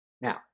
Now